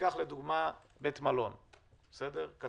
ניקח לדוגמה בית מלון קטן,